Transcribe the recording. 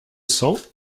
cents